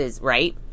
right